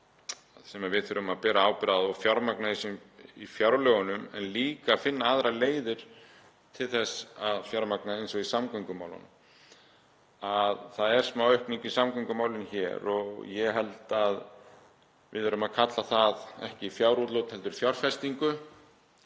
sem við þurfum að bera ábyrgð á, fjármagnið sem er í fjárlögunum, en líka að finna aðrar leiðir til þess að fjármagna eins og í samgöngumálunum. Það er smá aukning í samgöngumálin hér og ég held að við verðum að kalla það ekki fjárútlát heldur fjárfestingu.